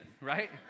right